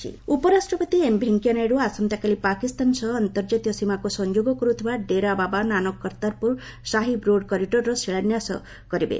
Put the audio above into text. Kartarpur visit ଉପରାଷ୍ଟ୍ରପତି M Venkaiah Naidu ଆସନ୍ତାକାଲି ପାକିସ୍ତାନ ସହ ଅନ୍ତର୍କାତୀୟ ସୀମାକୁ ସଂଯୋଗ କରୁଥିବା ଡେରା ବାବା ନାନକ କର୍ତ୍ତାରପୁର ସାହିବ୍ ରୋଡ଼୍ କରିଡରର ଶିଳାନ୍ୟାସ କରିବେ